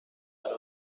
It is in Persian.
ساکن